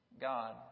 God